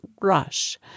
rush